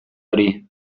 hori